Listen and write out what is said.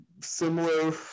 similar